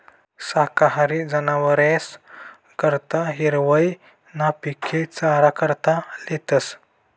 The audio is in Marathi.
शाकाहारी जनावरेस करता हिरवय ना पिके चारा करता लेतस